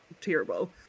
terrible